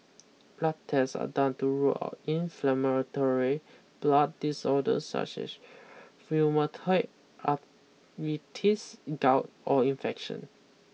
blood test are done to rule out inflammatory blood disorders such as rheumatoid arthritis gout or infection